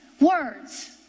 Words